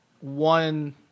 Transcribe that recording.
one